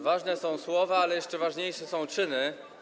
Ważne są słowa, ale jeszcze ważniejsze są czyny.